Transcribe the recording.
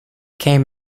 came